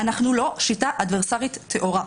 אנחנו לא שיטה אדוורסרית טהורה.